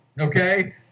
okay